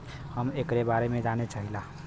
हम एकरे बारे मे जाने चाहीला?